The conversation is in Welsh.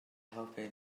helpu